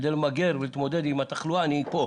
כדי למגר ולהתמודד עם התחלואה, אני פה.